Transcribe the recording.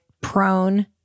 prone